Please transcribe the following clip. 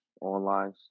online